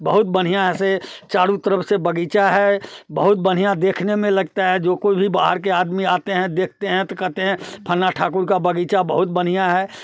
बहुत बढ़िया ऐसे चारों तरफ से बगीचा है बहुत बढ़िया देखने में लगता है जो कोई भी बाहर के आदमी आते हैं देखते हैं तो कहते हैं फलाना ठाकुर का बगीचा बहुत बढ़िया है